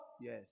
Yes